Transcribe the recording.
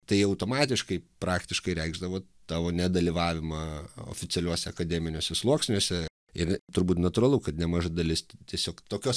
tai automatiškai praktiškai reikšdavo tavo nedalyvavimą oficialiuose akademiniuose sluoksniuose ir turbūt natūralu kad nemaža dalis tiesiog tokios